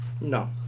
No